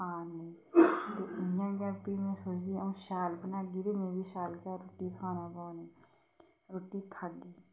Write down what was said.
खां में इयां गै फ्ही में सोचदी अ'ऊं शैल बनाह्गी ते मै बी शैल गै रुट्टी खाने पौनी रुट्टी खाह्गी